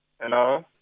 Hello